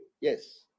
Yes